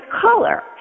color